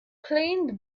klein